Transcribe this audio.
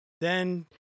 then-